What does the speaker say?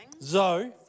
Zoe